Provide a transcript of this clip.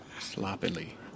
Sloppily